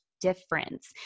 difference